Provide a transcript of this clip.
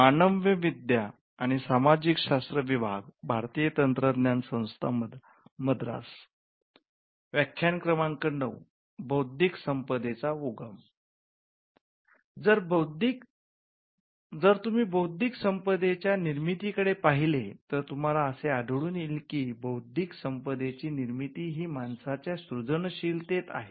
जर तुम्ही बौद्धिक संपदे च्या निर्मिती कडे पाहिले तर तुम्हाला असे आढळून येईल की बौद्धिक संपदेची निर्मिती ही माणसाच्या सृजनशीलतेत आहे